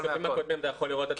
בשקף הקודם אתה יכול לראות.